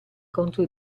contro